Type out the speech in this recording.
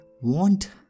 want